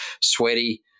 sweaty